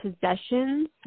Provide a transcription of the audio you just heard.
possessions